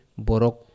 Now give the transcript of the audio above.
Borok